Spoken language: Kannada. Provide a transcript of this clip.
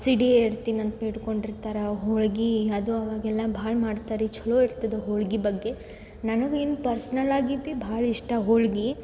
ಸಿಡಿ ಏಡ್ತೀನಂತ ಬೇಡ್ಕೊಂಡಿರ್ತಾರ ಹೋಳ್ಗೆ ಅದು ಅವಾಗೆಲ್ಲ ಭಾಳ ಮಾಡ್ತಾರ ರೀ ಚಲೋ ಇರ್ತದೆ ಹೋಳ್ಗೆ ಬಗ್ಗೆ ನನಗೆ ಇನ್ನು ಪರ್ಸ್ನಲ್ ಆಗೇತಿ ಭಾಳ್ ಇಷ್ಟ ಹೋಳ್ಗೆ